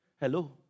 Hello